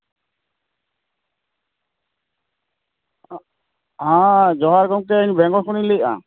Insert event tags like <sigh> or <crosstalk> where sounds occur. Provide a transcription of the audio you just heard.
<unintelligible> ᱡᱚᱦᱟᱨ ᱜᱚᱢᱠᱮ ᱤᱧ ᱵᱮᱝᱜᱚᱞ ᱠᱷᱚᱱᱤᱧ ᱞᱟᱹᱭᱮᱜᱼᱟ